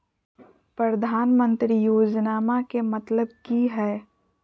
प्रधानमंत्री योजनामा के मतलब कि हय?